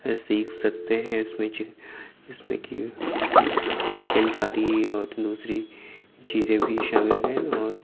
سیکھ سکتے ہیں اس میں اس میں کہ چکن کاری اور دوسری چیزیں بھی شامل ہیں اور